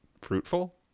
fruitful